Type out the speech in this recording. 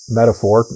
metaphor